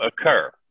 occur